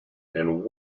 and